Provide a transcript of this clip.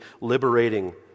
liberating